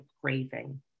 craving